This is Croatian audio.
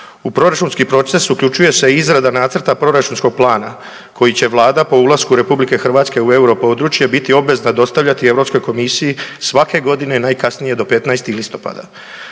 U proračunski proces uključuje se i izrada nacrta proračunskog plana koji će vlada po ulasku RH u Euro područje biti obvezna dostavljati Europskoj komisiji svake godine najkasnije do 15. listopada.